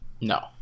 No